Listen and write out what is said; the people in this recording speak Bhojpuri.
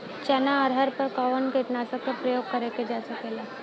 चना अरहर पर कवन कीटनाशक क प्रयोग कर जा सकेला?